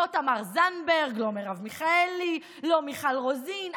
לא תמר זנדברג, לא מרב מיכאלי, לא מיכל רוזין.